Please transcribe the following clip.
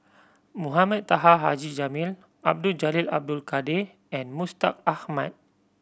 Mohamed Taha Haji Jamil Abdul Jalil Abdul Kadir and Mustaq Ahmad